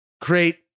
create